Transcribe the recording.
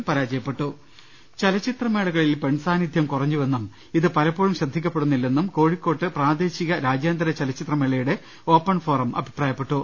്്്്്്്്് ചലച്ചിത്രമേളകളിൽ പെൺ സാന്നിധ്യം കുറഞ്ഞുവെന്നും ഇത് പല പ്പോഴും ശ്രദ്ധിക്കപ്പെടുന്നില്ലെന്നും കോഴിക്കോട്ട് പ്രാദേശിക രാജ്യാന്തര ചലച്ചിത്ര മേളയുടെ ഓപ്പൺ ഫോറം അഭിപ്രായപ്പെട്ടു